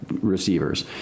receivers